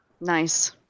Nice